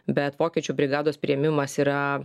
bet vokiečių brigados priėmimas yra